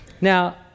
now